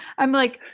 i'm like,